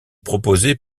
proposée